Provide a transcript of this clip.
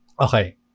Okay